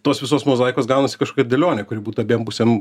tos visos mozaikos gaunasi kažkokia dėlionė kuri būtų abiem pusėm